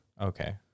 Okay